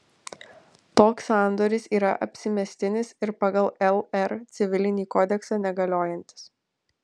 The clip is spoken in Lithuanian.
toks sandoris yra apsimestinis ir pagal lr civilinį kodeksą negaliojantis